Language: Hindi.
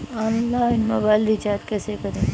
ऑनलाइन मोबाइल रिचार्ज कैसे करें?